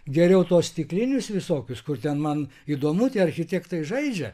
geriau tuos stiklinius visokius kur ten man įdomu tie architektai žaidžia